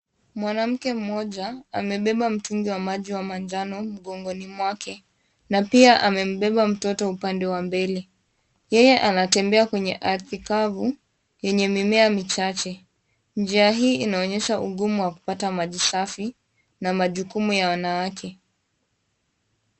Mwanamke mmoja amebeba mtungi wa maji wa manjano mgongoni mwake, na pia amembeba mtoto upande wa mbele. Yeye anatembea kwenye ardhi kavu, yenye mimea michache. Njia hii inaonyesha ugumu wa kupata maji safi, na majukumu ya wanawake.